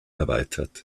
erweitert